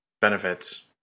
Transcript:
benefits